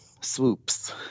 swoops